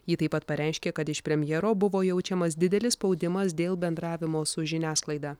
ji taip pat pareiškė kad iš premjero buvo jaučiamas didelis spaudimas dėl bendravimo su žiniasklaida